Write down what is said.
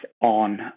on